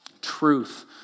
truth